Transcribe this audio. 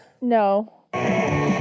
No